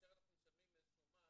כאשר אנחנו משלמים איזשהו מס